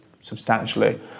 substantially